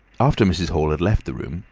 after mrs. hall had left the room,